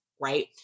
Right